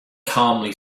calmly